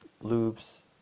loops